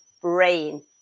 brain